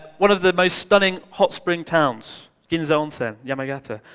one of the most stunning hot spring towns ginza onsen, yamagata.